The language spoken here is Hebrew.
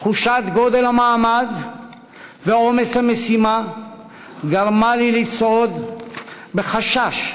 תחושת גודל המעמד ועומס המשימה גרמה לי לצעוד בחשש,